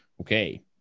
Okay